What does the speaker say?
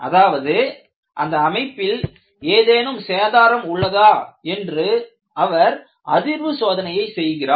அதாவது அந்த அமைப்பில் ஏதேனும் சேதாரம் உள்ளதா என்று அவர் அதிர்வு சோதனையை செய்கிறார்